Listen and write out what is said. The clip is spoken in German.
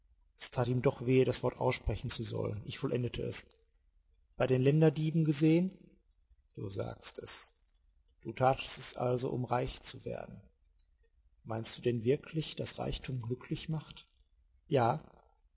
es tat ihm doch wehe das wort aussprechen zu sollen ich vollendete es bei den länderdieben gesehen du sagst es du tatest es also um reich zu werden meinst du denn wirklich daß reichtum glücklich macht ja